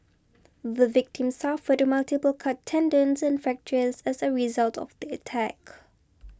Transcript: the victim suffered multiple cut tendons and fractures as a result of the attack